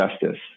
justice